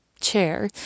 chair